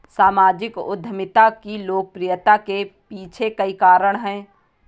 सामाजिक उद्यमिता की लोकप्रियता के पीछे कई कारण है